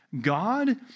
God